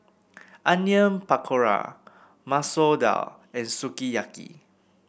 Onion Pakora Masoor Dal and Sukiyaki